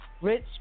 Rich